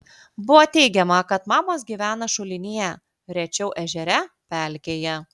buvo teigiama kad maumas gyvena šulinyje rečiau ežere pelkėje